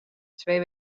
twee